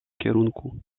kierunku